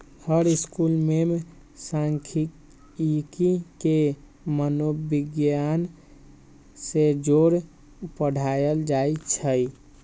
हर school में सांखियिकी के मनोविग्यान से जोड़ पढ़ायल जाई छई